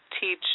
teach –